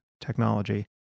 technology